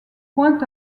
point